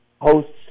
hosts